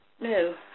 no